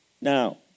Now